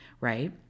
right